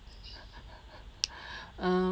uh